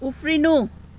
उफ्रिनु